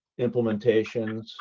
implementations